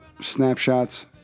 snapshots